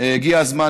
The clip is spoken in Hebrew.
הגיע הזמן,